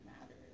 matters